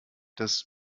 das